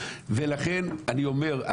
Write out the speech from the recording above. לכן אני אומר,